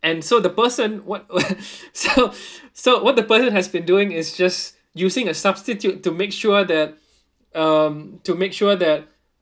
and so the person what so so what the person has been doing is just using a substitute to make sure that um to make sure that